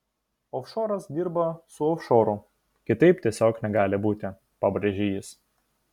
ofšoras dirba su ofšoru kitaip tiesiog negali būti pabrėžė jis